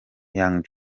young